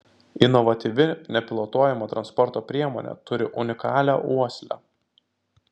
inovatyvi nepilotuojama transporto priemonė turi unikalią uoslę